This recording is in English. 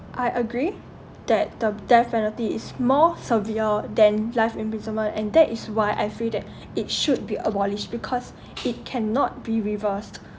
I agree that the death penalty is more severe than life imprisonment and that is why I feel that it should be abolished because it cannot be reversed